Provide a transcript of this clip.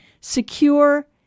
secure